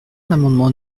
l’amendement